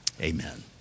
Amen